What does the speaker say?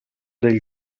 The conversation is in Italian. del